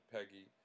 Peggy